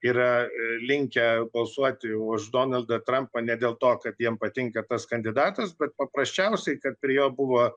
yra linkę balsuoti už donaldą trumpą ne dėl to kad jiem patinka tas kandidatas bet paprasčiausiai kad prie jo buvo